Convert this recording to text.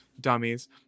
Dummies